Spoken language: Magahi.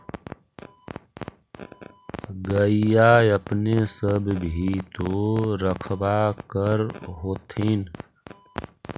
गईया अपने सब भी तो रखबा कर होत्थिन?